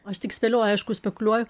aš tik spėlioju aišku spekuliuoju